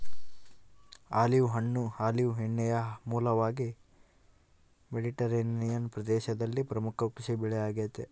olive ಹಣ್ಣು olive ಎಣ್ಣೆಯ ಮೂಲವಾಗಿ ಮೆಡಿಟರೇನಿಯನ್ ಪ್ರದೇಶದಲ್ಲಿ ಪ್ರಮುಖ ಕೃಷಿಬೆಳೆ ಆಗೆತೆ